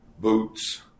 boots